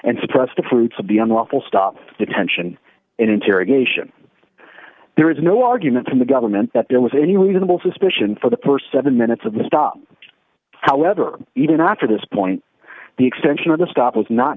and suppress the fruits of the unlawful stop detention and interrogation there is no argument from the government that there was any reasonable suspicion for the st seven minutes of the stop however even after this point the extension of the stop was not